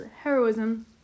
heroism